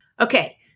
Okay